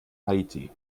haiti